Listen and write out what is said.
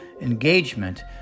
engagement